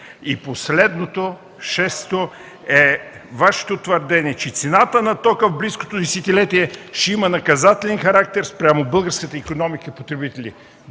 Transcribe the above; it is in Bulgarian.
И последното, шесто, е Вашето твърдение, че цената на тока в близкото десетилетие ще има наказателен характер спрямо българската икономика и потребители.